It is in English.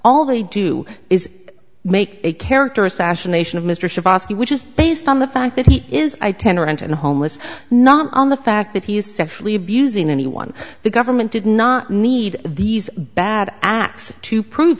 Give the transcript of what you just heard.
all they do is make a character assassination of mr which is based on the fact that he is i tender and homeless not on the fact that he is sexually abusing anyone the government did not need these bad acts to prove